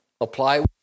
Apply